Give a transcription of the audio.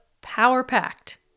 power-packed